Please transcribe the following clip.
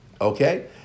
okay